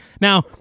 Now